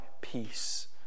peace